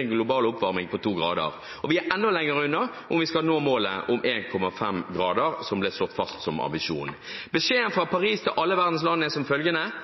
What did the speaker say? en global oppvarming på 2 grader. Vi er enda lenger unna om vi skal nå målet om 1,5 grader, som ble slått fast som ambisjon. Beskjeden fra